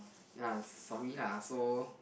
ya sorry lah so